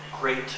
great